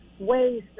ways